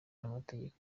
n’amategeko